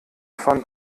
von